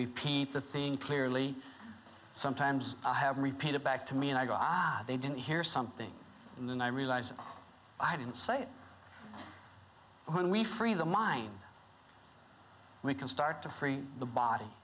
repeat the thing clearly sometimes i have repeated back to me and i go aha they didn't hear something and then i realized i didn't say when we free the mind we can start to free the body